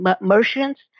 merchants